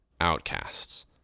outcasts